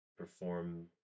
perform